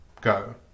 go